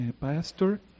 pastor